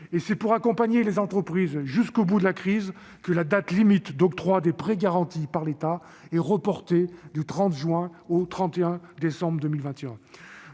De plus, pour accompagner les entreprises jusqu'au bout de la crise, la date limite d'octroi des prêts garantis par l'État est reportée du 30 juin au 31 décembre 2021.